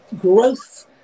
growth